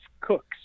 cooks